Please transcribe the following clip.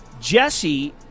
Jesse